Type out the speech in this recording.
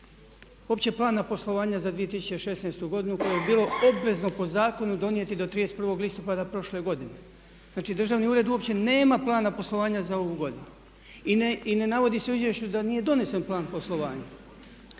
uopće Plana poslovanja za 2016. godinu koje je bilo obvezno po zakonu donijeti do 31. listopada prošle godine. Znači, državni ured uopće nema plana poslovanja za ovu godinu. I ne navodi se u izvješću da nije donesen plan poslovanja.